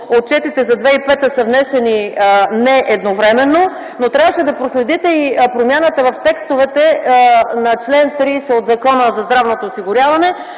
отчетите за 2005 г. не са внесени едновременно, но трябваше да проследите и промяната в текстовете на чл. 30 от Закона за здравното осигуряване,